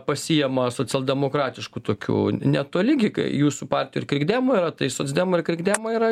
pasiima socialdemokratiškų tokių netoli gi jūsų partijoj ir krikdemų yra tai socdemai ir krikdemai yra